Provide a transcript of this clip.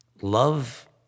Love